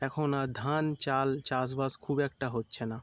এখন আর ধান চাল চাষবাস খুব একটা হচ্ছে না